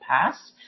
past